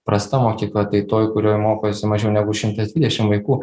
prasta mokykla tai toj kurioj mokosi mažiau negu šimtas dvidešim vaikų